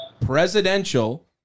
presidential